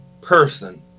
person